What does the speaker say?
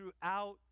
throughout